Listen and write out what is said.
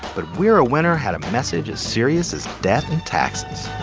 but we're a winner had a message as serious as death and taxes